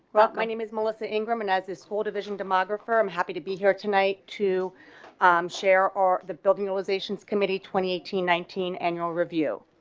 rock my name is melissa. ingram and, as this whole division, democracy i'm happy to be here tonight to um share our the building relations committee. twenty eighteen nineteen annual review